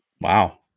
wow